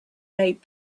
made